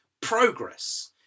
progress